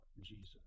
Jesus